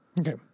okay